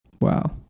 Wow